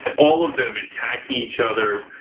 and all of them attacking each other,